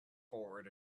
forward